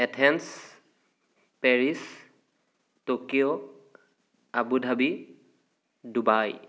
Athens Paris Tokyo Abu Dhabi Dubai